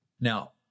Now